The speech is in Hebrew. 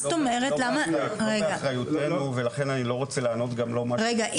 זה לא באחריותנו, ולכן אני לא רוצה לענות.